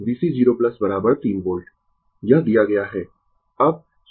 VC 0 3 volt यह दिया गया है